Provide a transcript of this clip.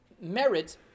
merit